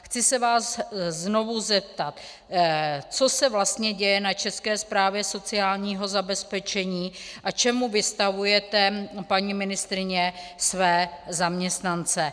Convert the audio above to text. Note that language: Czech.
Chci se vás znovu zeptat: Co se vlastně děje na České správě sociálního zabezpečení a čemu vystavujete, paní ministryně, své zaměstnance?